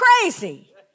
crazy